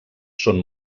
són